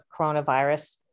coronavirus